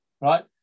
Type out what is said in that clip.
right